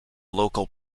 local